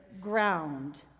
ground